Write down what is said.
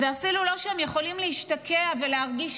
זה אפילו לא שהם יכולים להשתקע ולהרגיש,